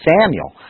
Samuel